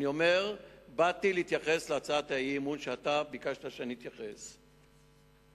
אני אומר: באתי להתייחס להצעת האי-אמון שאתה ביקשת שאתייחס אליה.